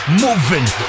moving